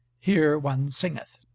here one singeth